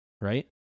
Right